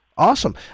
Awesome